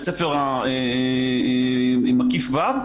מקיף ו',